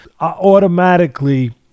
automatically